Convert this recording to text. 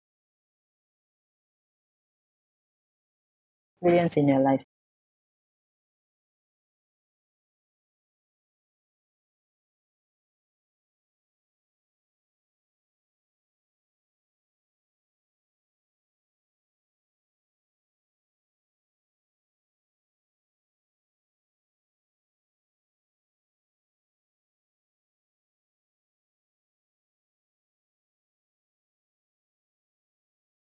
experience in your life